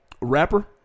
Rapper